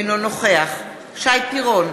אינו נוכח שי פירון,